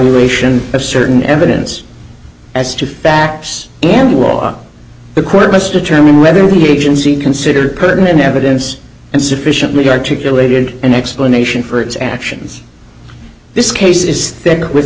ation of certain evidence as to facts and law the court must determine whether we agency considered pertinent evidence and sufficiently articulated an explanation for its actions in this case is that with